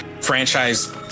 franchise